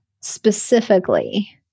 specifically